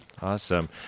Awesome